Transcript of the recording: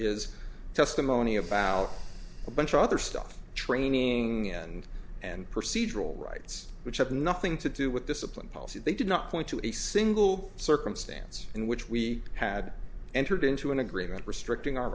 is testimony about a bunch of other stuff training and and procedural rights which had nothing to do with discipline policy they did not point to a single circumstance in which we had entered into an agreement restricting our